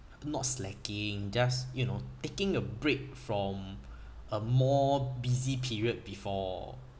not slacking just you know taking a break from a more busy period before